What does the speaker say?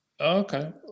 Okay